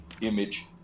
image